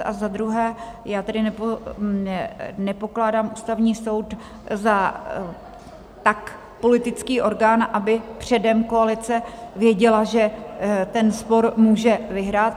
A za druhé, já tedy nepokládám Ústavní soud za tak politický orgán, aby předem koalice věděla, že ten spor může vyhrát.